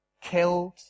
killed